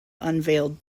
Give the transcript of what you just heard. unveiled